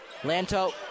Lanto